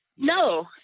No